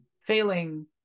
failing